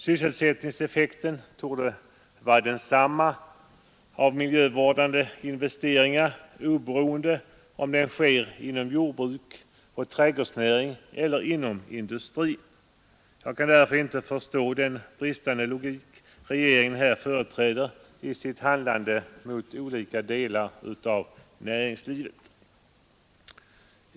Sysselsättningseffekten torde vara densamma av miljövårdande investeringar oberoende av om de sker inom jordbruk och trädgårdsnäring eller inom industrin. Jag kan därför inte förstå den bristande logik regeringen här företräder i sitt handlande mot olika delar av näringslivet.